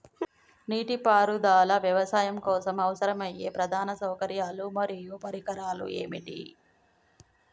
నీటిపారుదల వ్యవసాయం కోసం అవసరమయ్యే ప్రధాన సౌకర్యాలు మరియు పరికరాలు ఏమిటి?